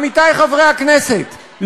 עמיתי חברי הכנסת,